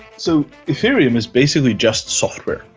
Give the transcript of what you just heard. so ethereum is basically just software,